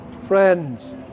Friends